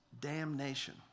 damnation